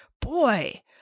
boy